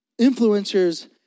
Influencers